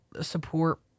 support